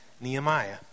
nehemiah